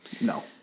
No